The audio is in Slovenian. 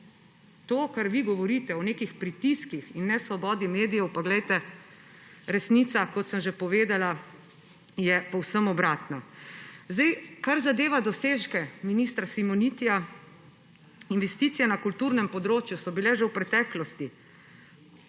To, kar vi govorite o nekih pritiskih in nesvobodi medijev, pa je resnica, kot sem že povedala, povsem obratna. Kar zadeva dosežke ministra Simonitija. Investicije na kulturnem področju so bile že v preteklosti.